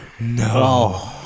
No